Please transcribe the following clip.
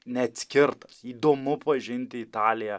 neatskirtas įdomu pažinti italiją